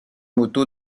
moto